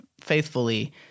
faithfully